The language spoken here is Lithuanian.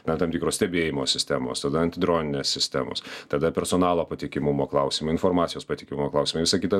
na tam tikros stebėjimo sistemos tada antidroninės sistemos tada personalo patikimumo klausimai informacijos patikimumo klausimai visa kita